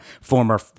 former